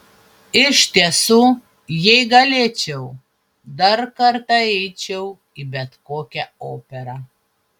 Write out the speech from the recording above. iš tiesų jei galėčiau dar kartą eičiau į bet kokią operą